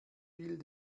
will